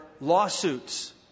lawsuits